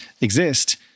exist